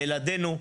לילדינו,